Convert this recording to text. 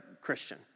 Christian